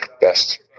best